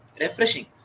refreshing